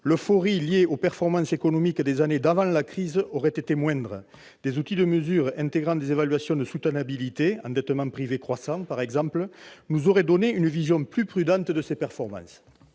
l'euphorie liée aux performances économiques des années d'avant la crise aurait été moindre. Des outils de mesure intégrant des évaluations de soutenabilité- endettement privé croissant, par exemple -nous auraient donné une vision plus prudente de ces performances.